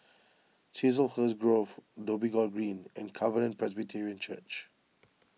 Chiselhurst Grove Dhoby Ghaut Green and Covenant Presbyterian Church